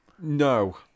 No